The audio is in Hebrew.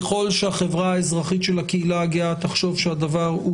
ככל שהחברה האזרחית של הקהילה הגאה תחשוב שהדבר הוא